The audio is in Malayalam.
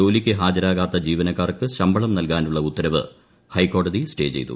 ജോലിക്ക് ഹാജരാകാത്ത ജീവനക്കാർക്ക് ശമ്പളം നൽകാനുള്ള ഉത്തരവ് ഹൈക്കോടതി സ്റ്റേ ചേയ്തു